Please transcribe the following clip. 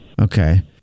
Okay